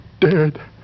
Dead